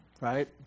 right